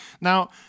Now